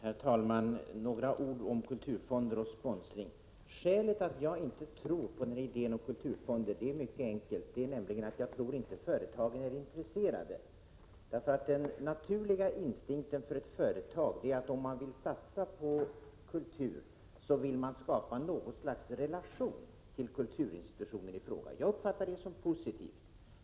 Herr talman! Jag vill säga några ord om kulturfonder och sponsring. Skälet till att jag inte tror på idén om kulturfonder är mycket enkelt. Jag tror nämligen inte att företagen är intresserade. Den naturliga instinkten hos ett företag som vill satsa på kultur är att vilja skapa något slags relation till kulturinstitutionen i fråga. Jag uppfattar det som positivt.